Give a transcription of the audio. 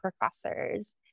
professors